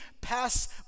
pass